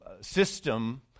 system